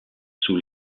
sous